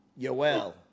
yoel